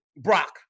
Brock